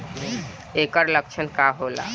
ऐकर लक्षण का होला?